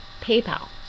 paypal